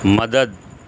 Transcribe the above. مدد